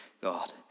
God